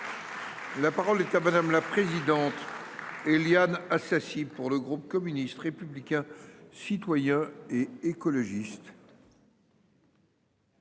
La parole est à madame la présidente. Éliane Assassi. Pour le groupe communiste, républicain, citoyen et écologiste.